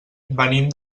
venim